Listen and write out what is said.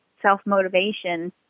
self-motivation